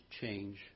change